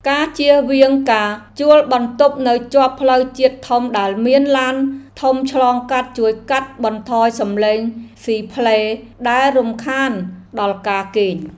ការចៀសវាងការជួលបន្ទប់នៅជាប់ផ្លូវជាតិធំដែលមានឡានធំឆ្លងកាត់ជួយកាត់បន្ថយសំឡេងស៊ីផ្លេដែលរំខានដល់ការគេង។